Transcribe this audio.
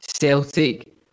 Celtic